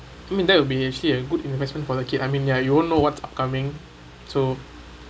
I mean that would actually a good investment for the kid I mean ya you won't know what upcoming so